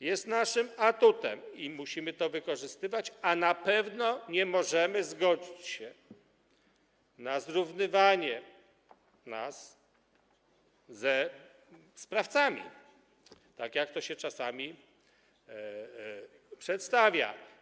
jest naszym atutem i musimy to wykorzystywać, a na pewno nie możemy zgodzić się na zrównywanie nas ze sprawcami, tak jak to się czasami przedstawia.